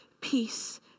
peace